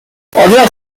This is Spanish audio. otras